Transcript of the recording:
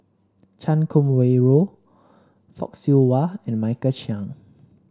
Chan Kum Wah Roy Fock Siew Wah and Michael Chiang